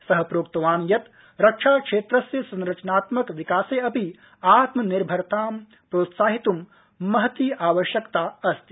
स प्रोक्तवान् यत् रक्षाक्षेत्रस्य संरचनात्मक विकासे अपि आत्मनिर्भरतां प्रोत्साहयित् महती आवश्यकता अस्ति